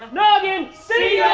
noggin. see